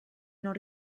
non